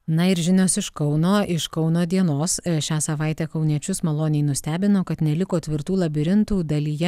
na ir žinios iš kauno iš kauno dienos šią savaitę kauniečius maloniai nustebino kad neliko tvirtų labirintų dalyje